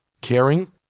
caring